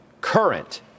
current